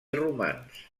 romans